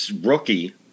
rookie